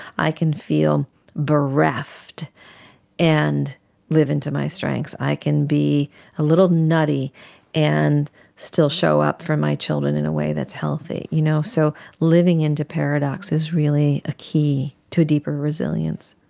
i can feel bereft and live into my strengths. i can be a little nutty and still show up for my children in a way that's healthy. you know so living into paradox is really a key to a deeper resilience.